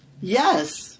Yes